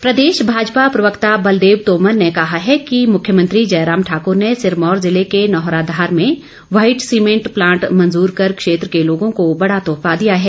तोमर प्रदेश भाजपा प्रवक्ता बलदेव तोमर ने कहा है कि मुख्यमंत्री जयराम ठाकुर ने सिरमौर जिले के नौहराधार में व्हाईट सीमेंट प्लांट मंजूर कर क्षेत्र के लोगो को बड़ा तोहफा दिया है